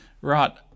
Right